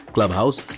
Clubhouse